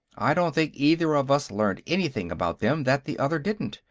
i don't think either of us learned anything about them that the other didn't,